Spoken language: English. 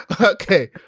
Okay